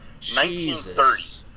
1930